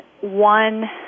one